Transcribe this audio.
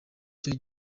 cyo